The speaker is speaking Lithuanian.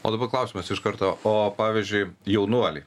o dabar klausimas iš karto o pavyzdžiui jaunuoliai